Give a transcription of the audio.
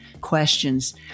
questions